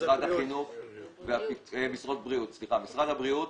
משרד הבריאות